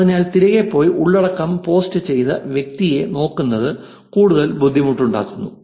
അതിനാൽ തിരികെ പോയി ഉള്ളടക്കം പോസ്റ്റ് ചെയ്ത വ്യക്തിയെ നോക്കുന്നത് കൂടുതൽ ബുദ്ധിമുട്ടാക്കുന്നു